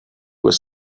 were